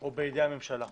או בידי הממשלה.